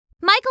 Michael